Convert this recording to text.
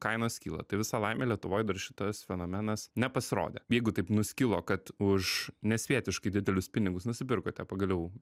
kainos kyla tai visa laimė lietuvoj dar šitas fenomenas nepasirodė jeigu taip nuskilo kad už nesvietiškai didelius pinigus nusipirkote pagaliau